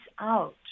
out